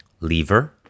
lever